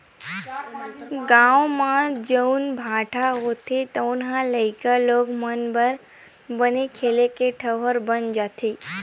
गाँव म जउन भाठा होथे तउन ह लइका लोग मन बर बने खेले के ठउर बन जाथे